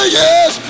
yes